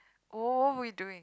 oh what were we doing